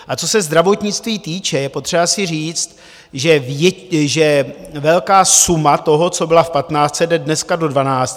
A co se zdravotnictví týče, je potřeba si říct, že velká suma toho, co byla v patnáctce, jde dneska do dvanáctky.